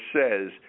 says